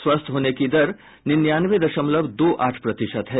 स्वस्थ होने की दर निन्यानवे दशमलव दो आठ प्रतिशत है